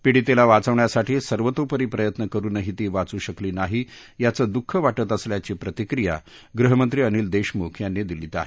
पीडितेला वाचवण्यासाठी सर्वतोपरी प्रयत्न करूनही ती वाच् शकली नाही याचं द्ःख वाटतं असल्याची प्रतिक्रिया गृहमंत्री अनिल देशमुख यांनी दिली आहे